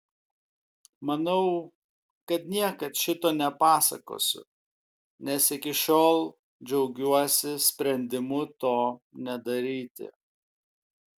manau kad niekad šito nepasakosiu nes iki šiol džiaugiuosi sprendimu to nedaryti